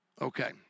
Okay